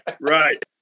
Right